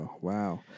Wow